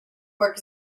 work